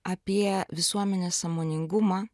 apie visuomenės sąmoningumą